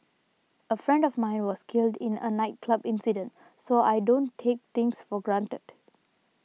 a friend of mine was killed in a nightclub incident so I don't take things for granted